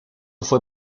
fue